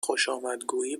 خوشآمدگویی